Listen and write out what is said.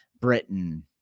Britain